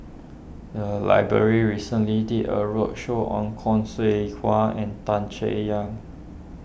the library recently did a roadshow on Khoo Seow Hwa and Tan Chay Yan